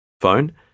Phone